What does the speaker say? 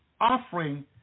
offering